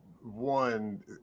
One